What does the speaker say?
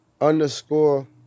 underscore